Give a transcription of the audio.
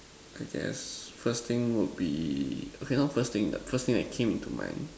I guess first thing would be okay not first thing first thing that came into mind